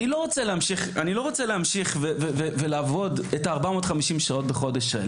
אני לא רוצה להמשיך ולעבוד 450 שעות האלה בחודש.